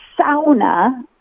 sauna